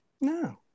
No